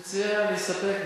אני מציע להסתפק בתשובה.